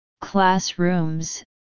classrooms